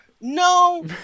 no